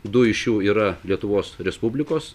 du iš jų yra lietuvos respublikos